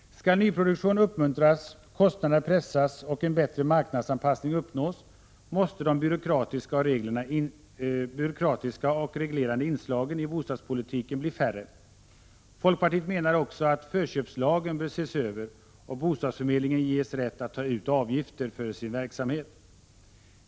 Skall nyproduktion uppmuntras, kostnaderna pressas och en bättre marknadsanpassning uppnås, måste de byråkratiska och reglerande inslagen i bostadspolitiken bli färre. Folkpartiet menar också att förköpslagen bör ses 129 över och bostadsförmedlingen ges rätt att ta ut avgifter för sin verksamhet.